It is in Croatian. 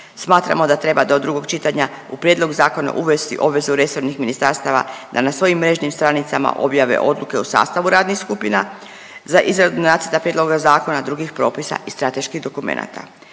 Smatramo da treba do drugog čitanja u prijedlog zakona uvesti obvezu resornih ministarstava da na svojim mrežnim stranicama objave odluke o sastavu radnih skupina za izradu Nacrta prijedloga zakona, drugih propisa i strateških dokumenata.